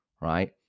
Right